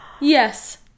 yes